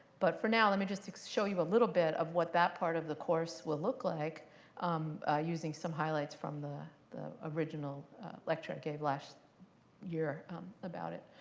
but for now, let me just show you a little bit of what that part of the course will look like um using some highlights from the the original lecture i gave last year about it.